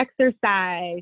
exercise